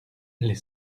les